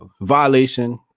violation